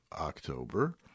October